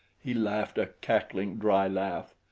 he laughed, a cackling, dry laugh.